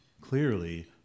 clearly